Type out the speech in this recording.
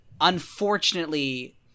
unfortunately